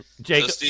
Jacob